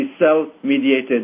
cell-mediated